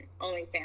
OnlyFans